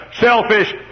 selfish